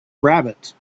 rabbit